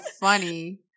funny